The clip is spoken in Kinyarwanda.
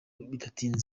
bidatinze